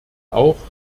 auch